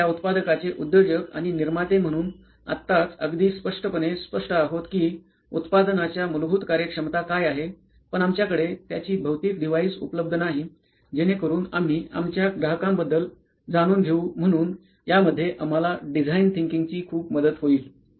आम्ही या उत्पादकाचे उद्योजक आणि निर्माते म्हणून आत्ताच अगदी स्पष्टपणे स्पष्ट आहोत की उत्पादनाच्या मूलभूत कार्यक्षमता काय आहे पण आमच्याकडे त्याची भौतिक डिव्हाईस उपलब्ध नाही जेणेकरून आम्ही आमच्या ग्राहकांबद्दल जाणून घेऊ म्हणून या मध्ये आम्हाला डिझाईन थिंकिंगची खूप मदत होईल